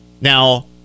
Now